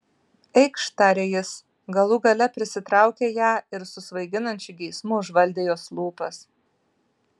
eikš tarė jis galų gale prisitraukė ją ir su svaiginančiu geismu užvaldė jos lūpas